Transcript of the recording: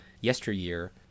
yesteryear